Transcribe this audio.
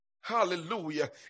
Hallelujah